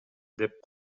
деп